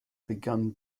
begun